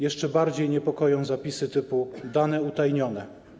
Jeszcze bardziej niepokoją zapisy typu: dane utajnione.